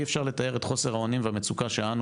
אי אפשר לתאר את חוסר האונים והמצוקה שאנו,